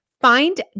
find